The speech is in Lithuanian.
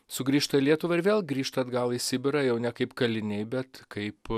sugrįžta į lietuvą ir vėl grįžta atgal į sibirą jau ne kaip kaliniai bet kaip